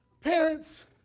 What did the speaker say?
parents